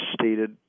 stated